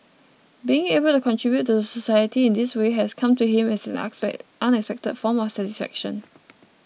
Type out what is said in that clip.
being able to contribute to the society in this way has come to him as an expect unexpected form of satisfaction